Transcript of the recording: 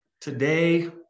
Today